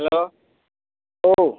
hello औ